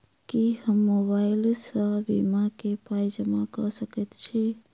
की हम मोबाइल सअ बीमा केँ पाई जमा कऽ सकैत छी?